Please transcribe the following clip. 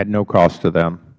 at no cost to them